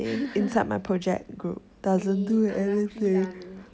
你 unlucky lah 你